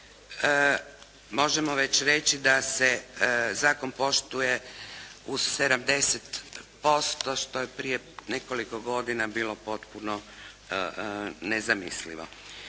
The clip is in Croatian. možemo već reći da se zakon poštuje u 70% što je prije nekoliko godina bilo potpuno nezamislivo.